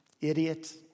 idiot